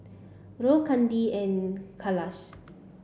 Rohit Chandi and Kailash